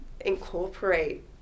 incorporate